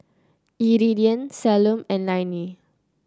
Iridian Salome and Lainey